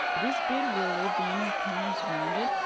this bit will leave the inner cornes rounded,